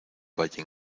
valle